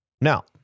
Now